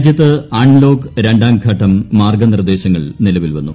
രാജ്യത്ത് അൺലോക്ക് രണ്ടാം ഷ്ട്രിട്ട്ം മാർഗ്ഗനിർദ്ദേശങ്ങൾ നിലവിൽ വന്നു